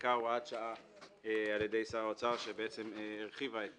נחקקה הוראת שעה על ידי שר האוצר שבעצם הרחיבה את